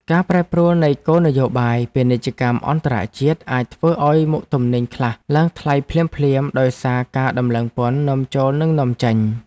ការប្រែប្រួលនៃគោលនយោបាយពាណិជ្ជកម្មអន្តរជាតិអាចធ្វើឱ្យមុខទំនិញខ្លះឡើងថ្លៃភ្លាមៗដោយសារការដំឡើងពន្ធនាំចូលនិងនាំចេញ។